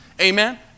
Amen